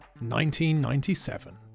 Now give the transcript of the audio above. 1997